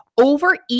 overeat